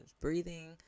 breathing